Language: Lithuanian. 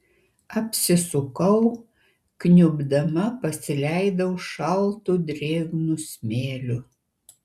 apsisukau kniubdama pasileidau šaltu drėgnu smėliu